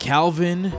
Calvin